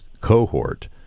cohort—